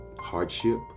hardship